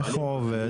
איך הוא עובד?